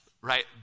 Right